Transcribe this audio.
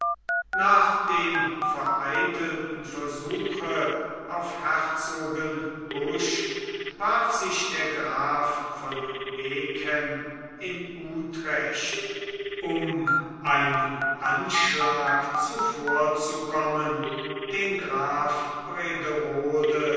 nach dem vereitelten versuche auf herzogenbusch warf sich der graf von megen in utrecht um einem anschlag zuvorzukommen den graf